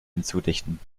hinzudichten